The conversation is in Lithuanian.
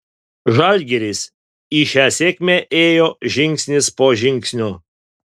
žalgiris į šią sėkmę ėjo žingsnis po žingsnio